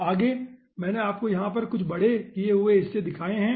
आगे मैंने आपको यहाँ पर कुछ बड़े किये हुए हिस्से दिखाए हैं